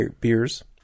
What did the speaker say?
beers